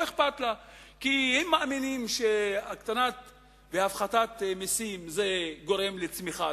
כי היא מאמינה שהקטנת והפחתת מסים גורמת לצמיחה,